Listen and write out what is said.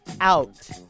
out